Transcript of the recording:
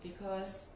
because